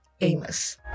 Amos